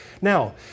Now